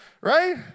Right